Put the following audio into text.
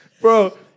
Bro